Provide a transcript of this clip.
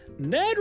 Ned